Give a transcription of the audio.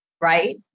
right